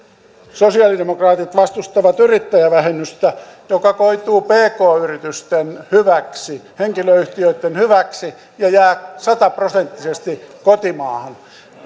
sosialidemokraatit vastustavat yrittäjävähennystä joka koituu pk yritysten hyväksi henkilöyhtiöitten hyväksi ja jää sataprosenttisesti kotimaahan